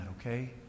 okay